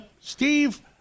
Steve